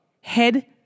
head